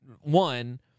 one